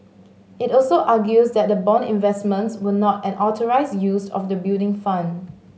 it also argues that the bond investments were not an authorised use of the Building Fund